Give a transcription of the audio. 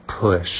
push